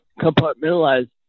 compartmentalize